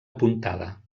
apuntada